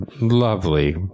lovely